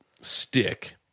stick